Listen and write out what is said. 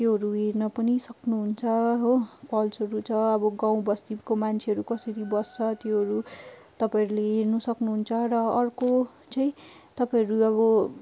त्योहरू हेर्न पनि सक्नुहुन्छ हो फल्सहरू छ अब गाउँ बस्तीको मान्छेहरू कसरी बस्छ त्योहरू तपाईँहरूले हेर्नु सक्नुहुन्छ र अर्को चाहिँ तपाईँहरू अब